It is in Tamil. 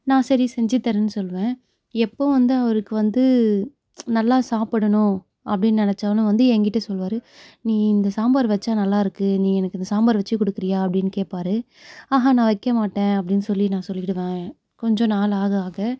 நான் சரி செஞ்சு தர்றேனு சொல்லுவேன் எப்போது வந்து அவருக்கு வந்து நல்லா சாப்புடணும் அப்படினு நெனைச்சாலும் வந்து எங்கிட்ட சொல்வார் நீ இந்த சாம்பார் வச்சா நல்லா இருக்கு நீ எனக்கு இந்த சாம்பார் வச்சு கொடுக்குறீயா அப்படினு கேட்பாரு ஆஹா நான் வைக்க மாட்டேன் அப்படினு சொல்லி நான் சொல்லிடுவேன் கொஞ்சம் நாள் ஆக ஆக